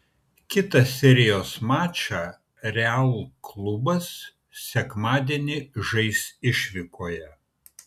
kitą serijos mačą real klubas sekmadienį žais išvykoje